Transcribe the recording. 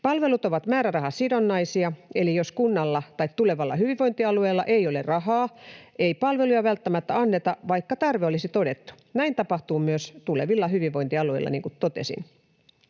Palvelut ovat määrärahasidonnaisia, eli jos kunnalla — tai tulevalla hyvinvointialueella — ei ole rahaa, ei palveluja välttämättä anneta, vaikka tarve olisi todettu. Näin tapahtuu myös tulevilla hyvinvointialueilla, niin kuin totesin.